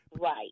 Right